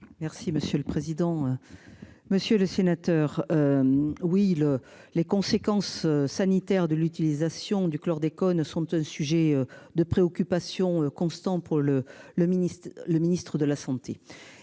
Merci monsieur le président. Monsieur le sénateur. Oui le les conséquences sanitaires de l'utilisation du chlordécone sont un sujet de préoccupation constant pour le le ministre, le ministre